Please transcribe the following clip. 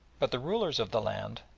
but the rulers of the land,